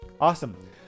awesome